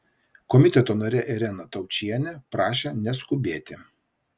komiteto narė irena taučienė prašė neskubėti